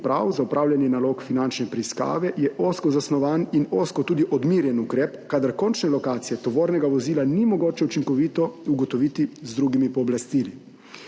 za opravljanje nalog finančne preiskave je ozko zasnovan in tudi ozko odmerjen ukrep, kadar končne lokacije tovornega vozila ni mogoče učinkovito ugotoviti z drugimi pooblastili.